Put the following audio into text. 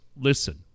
listen